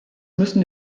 müssen